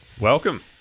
welcome